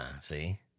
see